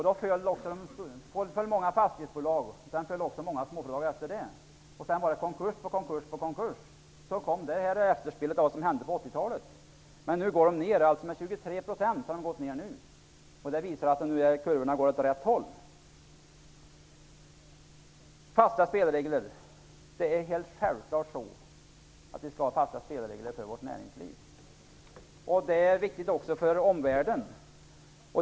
Då föll många fastighetsbolag, som följdes av många småföretag. Sedan blev det konkurs på konkurs, vilket var efterspelet till det som hände på 80-talet. Men nu har antalet konkurser gått ner med 23 %. Det visar att kurvorna går åt rätt håll. Det är självklart att vi skall ha fasta spelregler för vårt näringsliv. Det är viktigt också för omvärlden.